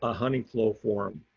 ah honey flow form.